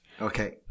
okay